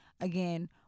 again